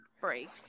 Break